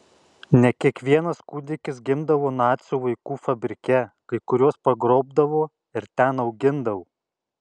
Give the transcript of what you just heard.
ne kiekvienas kūdikis gimdavo nacių vaikų fabrike kai kuriuos pagrobdavo ir ten augindavo